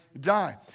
die